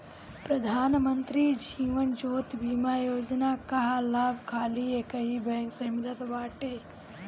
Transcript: प्रधान मंत्री जीवन ज्योति बीमा योजना कअ लाभ खाली एकही बैंक से मिलत बाटे